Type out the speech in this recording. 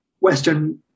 Western